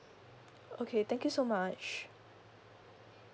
okay thank you so much